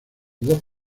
dos